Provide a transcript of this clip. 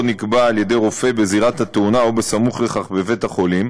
נקבע על ידי רופא בזירת התאונה או סמוך לכך בבית-החולים,